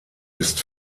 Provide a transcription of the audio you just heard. ist